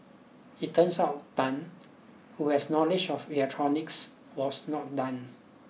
it turns out Tan who has knowledge of electronics was not done